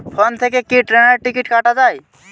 Phone থেকে কি ট্রেনের টিকিট কাটা য়ায়?